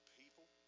people